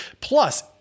Plus